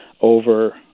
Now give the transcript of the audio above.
over